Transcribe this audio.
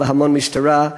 והמון משטרה,